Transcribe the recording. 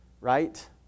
Right